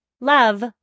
Love